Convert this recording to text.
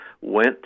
went